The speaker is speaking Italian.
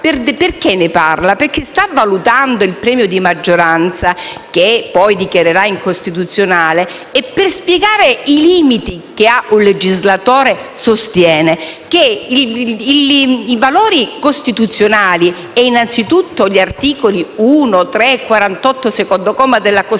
Corte ne parla perché sta valutando il premio di maggioranza - che poi dichiarerà incostituzionale - e, per spiegare i limiti che un legislatore ha, sostiene che i valori costituzionali e innanzitutto gli articoli 1, 3 e 48 secondo comma, della Costituzione,